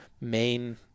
main